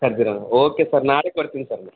okay sir ನಾಳೆಗೆ ಬರ್ತೀನಿ sir ನಾ